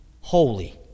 holy